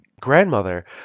grandmother